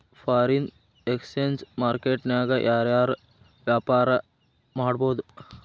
Foreign exchange market ನ್ಯಾಗ ಯಾರ್ ಯಾರ್ ವ್ಯಾಪಾರಾ ಮಾಡ್ಬೊದು?